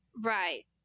Right